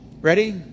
ready